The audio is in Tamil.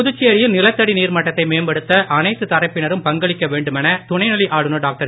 புதுச்சேரியில் நிலத்தடி நீர்மட்டத்தை மேம்படுத்த அனைத்து தரப்பினரும் பங்களிக்க வேண்டுமென துணைநிலை ஆளுனர் டாக்டர்